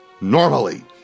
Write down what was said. normally